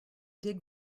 dig